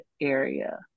area